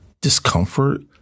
discomfort